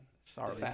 Sorry